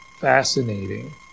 Fascinating